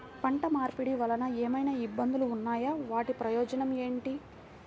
పంట మార్పిడి వలన ఏమయినా ఇబ్బందులు ఉన్నాయా వాటి ప్రయోజనం ఏంటి?